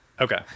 Okay